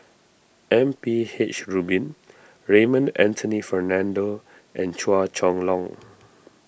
M P H Rubin Raymond Anthony Fernando and Chua Chong Long